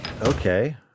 Okay